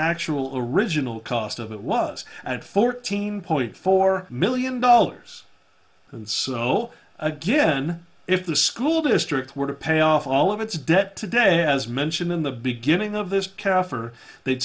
actual original cost of it was at fourteen point four million dollars and so again if the school district were to pay off all of its debt today as mentioned in the beginning of this kaffir they